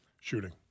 shooting